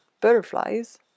butterflies